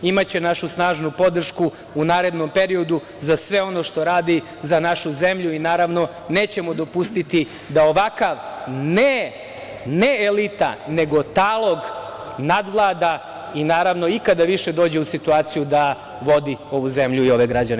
Imaće našu snažnu podršku u narednom periodu za sve ono što radi, za našu zemlju i nećemo dopustiti da ovakav, ne elita, nego talog nadvlada i da ikada dođe u situaciju da vodi ovu zemlju i ove građane.